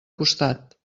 costat